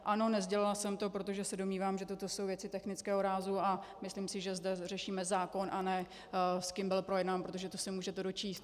Ano, nesdělila jsem to, protože se domnívám, že toto jsou věci technického rázu, a myslím si, že zde řešíme zákon, a ne s kým byl projednán, protože to se můžete dočíst.